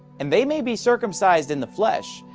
and they may be circumcised in the flesh,